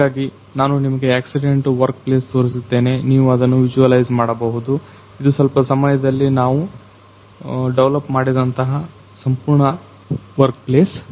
ಹಾಗಾಗಿ ನಾನು ನಿಮಗೆ ಆಕ್ಸಿಡೆಂಟ್ ವರ್ಕ್ ಪ್ಲೇಸ್ ತೋರಿಸುತ್ತೇನೆ ನೀವು ಅದನ್ನು ವಿಜುವಲೈಸ್ ಮಾಡಬಹುದು ಇದು ಸ್ವಲ್ಪ ಸಮಯದಲ್ಲಿ ನಾವು ಡವಲಪ್ ಮಾಡಿದಂತಹ ಸಂಪೂರ್ಣ ವರ್ಕ್ ಪ್ಲೇಸ್